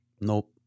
Nope